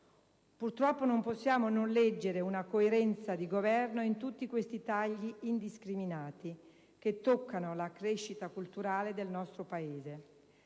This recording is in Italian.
Purtroppo non possiamo non leggere una coerenza di governo in tutti questi tagli indiscriminati che toccano la crescita culturale del nostro Paese: